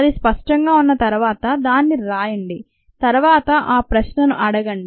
అది స్పష్టంగా ఉన్న తర్వాత దాన్ని వ్రాయండి తరువాత ఆ ప్రశ్నను అడగండి